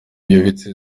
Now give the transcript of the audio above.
yubatse